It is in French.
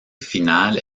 finale